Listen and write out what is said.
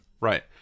Right